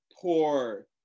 poor